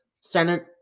Senate